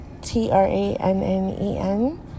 T-R-A-N-N-E-N